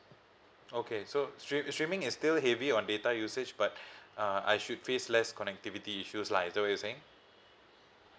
okay so stream streaming is still heavy on data usage but uh I should face less connectivity issues lah is that what you're saying